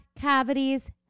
cavities